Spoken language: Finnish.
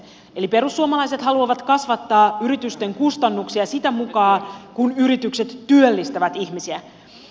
eli perussuomalaiset haluavat kasvattaa yritysten kustannuksia sitä mukaa kuin yritykset työllistävät ihmisiä